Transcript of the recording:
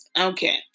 Okay